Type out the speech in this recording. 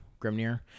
Grimnir